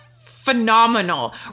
phenomenal